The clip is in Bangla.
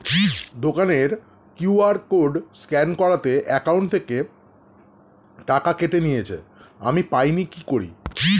দোকানের কিউ.আর কোড স্ক্যান করাতে অ্যাকাউন্ট থেকে টাকা কেটে নিয়েছে, আমি পাইনি কি করি?